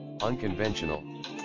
Unconventional